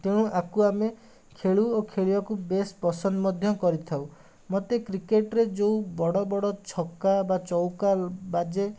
ତେଣୁ ଆକୁ ଆମେ ଖେଳୁ ଓ ଖେଳିବାକୁ ବେଶ୍ ପସନ୍ଦ ମଧ୍ୟ କରିଥାଉ ମୋତେ କ୍ରିକେଟ୍ ରେ ଯୋଉ ବଡ଼ ବଡ଼ ଛକା ବା ଚୌକା ବାଜେ